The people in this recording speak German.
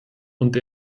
und